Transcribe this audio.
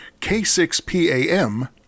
K6PAM